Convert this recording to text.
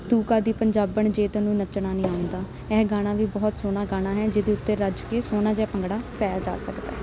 ਤੂੰ ਕਾਹਦੀ ਪੰਜਾਬਣ ਜੇ ਤੈਨੂੰ ਨੱਚਣਾ ਨੀ ਆਉਂਦਾ ਇਹ ਗਾਣਾ ਵੀ ਬਹੁਤ ਸੋਹਣਾ ਗਾਣਾ ਹੈ ਜਿਹਦੇ ਉੱਤੇ ਰੱਜ ਕੇ ਸੋਹਣਾ ਜਿਹਾ ਭੰਗੜਾ ਪਾਇਆ ਜਾ ਸਕਦਾ